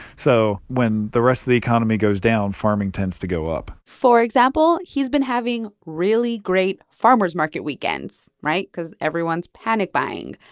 so when the rest of the economy goes down, farming tends to go up for example, he's been having really great farmers market weekends right? cause everyone's panic buying.